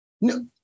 No